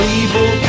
evil